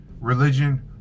religion